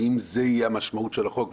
האם זו תהיה משמעות החוק,